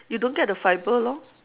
you don't get the fibre lor